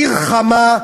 עיר חמה,